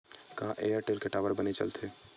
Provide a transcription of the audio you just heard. का एयरटेल के टावर बने चलथे?